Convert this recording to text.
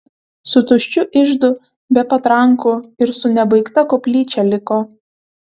su tuščiu iždu be patrankų ir su nebaigta koplyčia liko